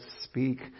speak